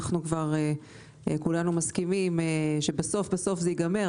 כולנו מסכימים שבסוף זה ייגמר,